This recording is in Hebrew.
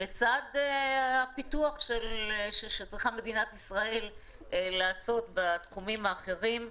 לצד הפיתוח שצריכה מדינת ישראל לעשות בתחומים האחרים,